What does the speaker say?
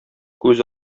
күз